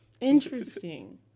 Interesting